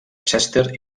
chester